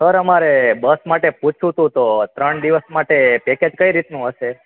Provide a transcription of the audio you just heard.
sir અમારે bus માટે પૂછવું હતું તો ત્રણ દિવસ માટે પેકેજ કઈ રીતનું હશે